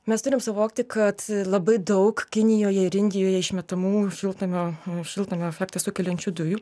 mes turim suvokti kad labai daug kinijoje ir indijoje išmetamų šiltnamio šiltnamio efektą sukeliančių dujų